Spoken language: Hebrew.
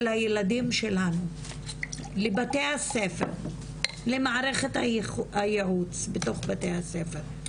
הילדים שלנו לבתי הספר למערכת הייעוץ בתוך בתי הספר,